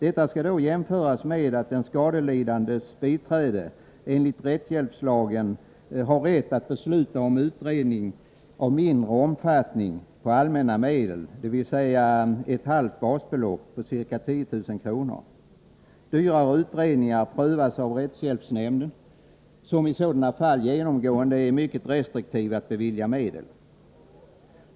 Detta skall då jämföras med att den skadelidandes biträde enligt rättshjälpslagen har rätt att besluta om utredning av mindre omfattning på allmänna medel, dvs. ett halvt basbelopp på ca 10 000 kronor. Dyrare utredningar prövas av rättshjälpsnämnd, som i sådana fall genomgående är mycket restriktiv att bevilja medel.